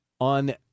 on